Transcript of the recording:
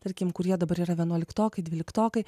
tarkim kurie dabar yra vienuoliktokai dvyliktokai